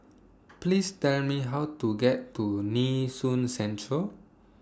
Please Tell Me How to get to Nee Soon Central